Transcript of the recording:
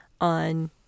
on